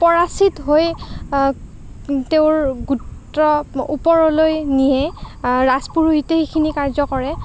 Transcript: পৰাচিত হৈ তেওঁৰ গোত্ৰ ওপৰলৈ নিয়ে ৰাজপুৰোহিতে সেইখিনি কাৰ্য কৰে